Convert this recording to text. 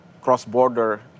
cross-border